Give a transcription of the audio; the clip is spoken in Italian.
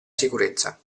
sicurezza